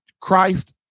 Christ